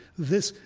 this,